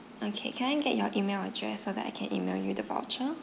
okay can I get your email address so that I can email you the voucher